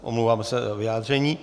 Omlouvám se za vyjádření.